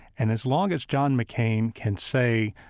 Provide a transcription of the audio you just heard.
and as long as john mccain can say,